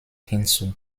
hinzu